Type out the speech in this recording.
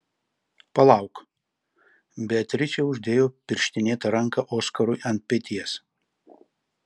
palauk beatričė uždėjo pirštinėtą ranką oskarui ant peties